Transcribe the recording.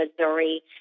Missouri